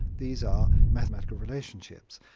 these are mathematical relationships.